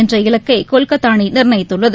என்ற இலக்கை கொல்கத்தா நிர்ணயித்துள்ளது